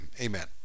amen